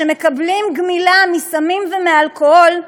שמקבלים גמילה מסמים ומאלכוהול,